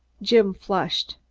jim flushed.